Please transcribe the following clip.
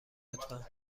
لطفا